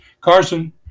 Carson